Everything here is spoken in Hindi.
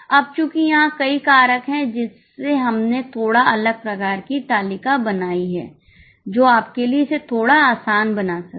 अब चूंकि यहाँ कई कारक हैं जिससे हमने थोड़ा अलग प्रकार की तालिका बनाई है जो आपके लिए इसे थोड़ा आसान बना सकती है